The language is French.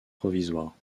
provisoire